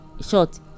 Short